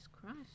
Christ